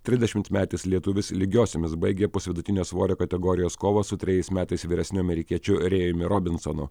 trisdešimtmetis lietuvis lygiosiomis baigė pusvidutinio svorio kategorijos kovą su trejais metais vyresniu amerikiečiu rėjumi robinsonu